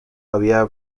había